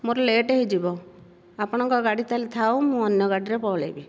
ମୋର ଲେଟ୍ ହୋଇଯିବ ଆପଣଙ୍କ ଗାଡ଼ି ତାହେଲେ ଥାଉ ମୁଁ ଅନ୍ୟ ଗାଡ଼ିରେ ପଳେଇବି